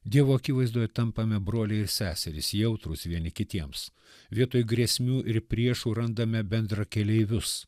dievo akivaizdoje tampame broliai ir seserys jautrūs vieni kitiems vietoj grėsmių ir priešų randame bendrakeleivius